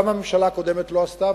גם הממשלה הקודמת לא עשתה,